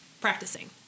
practicing